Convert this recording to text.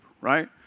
right